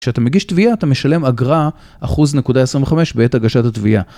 כשאתה מגיש תביעה אתה משלם אגרה אחוז נקודה 25 בעת הגשת התביעה.